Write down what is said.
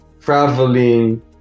traveling